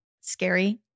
scary